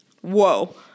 Whoa